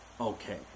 okay